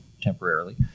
temporarily